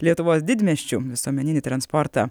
lietuvos didmiesčių visuomeninį transportą